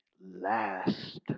last